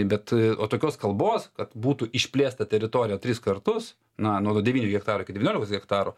bet o tokios kalbos kad būtų išplėsta teritorija tris kartus na nuo devynių hektarų iki devyniolikos hektarų